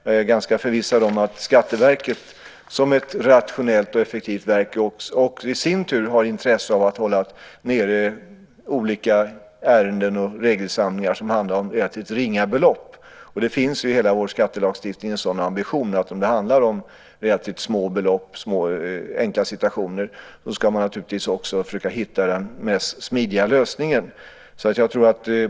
Jag är ganska förvissad om att Skatteverket som ett rationellt och effektivt verk i sin tur har intresse av att hålla nere olika ärenden och regelsamlingar som handlar om relativt ringa belopp. Det finns i hela vår skattelagstiftning en sådan ambition. Om det handlar om relativt små belopp och enkla situationer ska man också försöka hitta den mest smidiga lösningen.